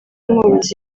umworozi